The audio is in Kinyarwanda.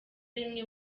rimwe